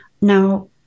Now